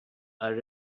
are